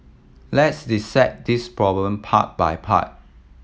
let's dissect this problem part by part